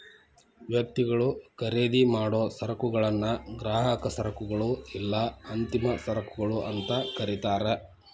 ವ್ಯಕ್ತಿಗಳು ಖರೇದಿಮಾಡೊ ಸರಕುಗಳನ್ನ ಗ್ರಾಹಕ ಸರಕುಗಳು ಇಲ್ಲಾ ಅಂತಿಮ ಸರಕುಗಳು ಅಂತ ಕರಿತಾರ